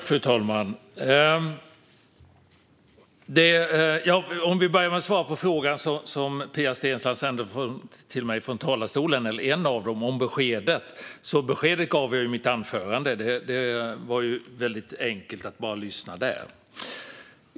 Fru talman! Låt mig börja med att svara på en av de frågor som Pia Steensland sände till mig från talarstolen om beskedet. Beskedet gav jag i mitt anförande. Det var väldigt enkelt att bara lyssna där.